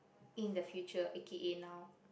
in the future A_K_A now